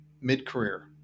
mid-career